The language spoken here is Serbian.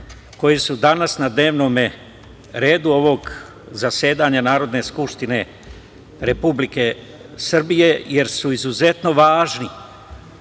koji su danas na dnevnome redu ovog zasedanja Narodne skupštine Republike Srbije, jer su izuzetno važni